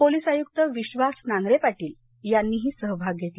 police आयुक्त विश्वास नांगरे पाटील यांनीही सहभाग घेतला